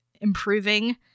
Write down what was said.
improving